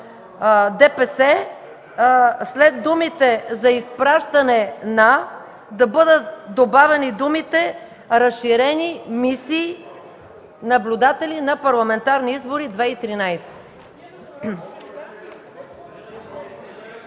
ДПС, след думите „за изпращане на” да бъдат добавени думите „разширени мисии наблюдатели на парламентарни избори 2013”.